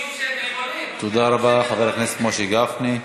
תודה רבה, חבר הכנסת משה גפני.